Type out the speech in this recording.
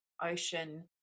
ocean